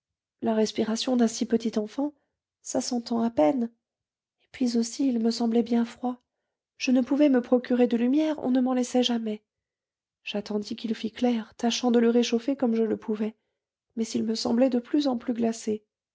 la respiration d'un si petit enfant ça s'entend à peine et puis aussi il me semblait bien froid je ne pouvais me procurer de lumière on ne m'en laissait jamais j'attendis qu'il fît clair tâchant de le réchauffer comme je le pouvais mais il me semblait de plus en plus glacé